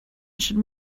should